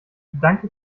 danke